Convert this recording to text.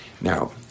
Now